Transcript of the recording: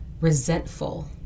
resentful